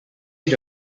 age